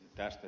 tästä